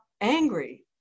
angry